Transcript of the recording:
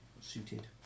suited